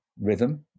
rhythm